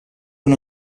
uno